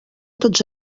tots